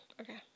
okay